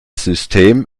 system